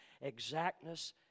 exactness